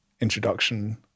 introduction